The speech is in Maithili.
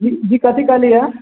जी कथी कहली यऽ